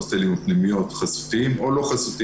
זה יכול להיות בהוסטלים או בפנימיות חסותיים או לא חסותיים.